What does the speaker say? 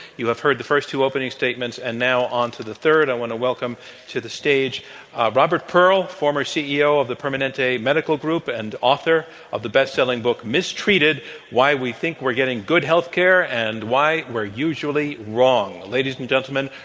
you have heard the first two opening statements and now on to the third. i want to welcome to the stage robert pearl, former ceo of the permanente medical group and author of the bestselling book mistreated why we think we're getting good healthcare and why we're usually wrong. ladies and gentlemen,